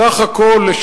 סך הכול,